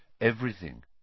Everything